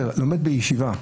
לומד בישיבה.